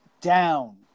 down